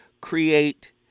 create